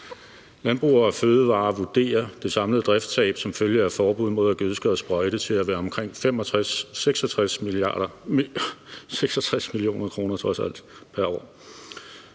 Landbrug & Fødevarer vurderer det samlede driftstab som følge af forbud mod at gødske og sprøjte til at være omkring 66 mio. kr. pr. år.